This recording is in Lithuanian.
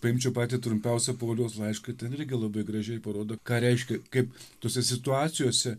paimčiau patį trumpiausią pauliaus laišką ten irgi labai gražiai parodo ką reiškia kaip tose situacijose